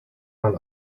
man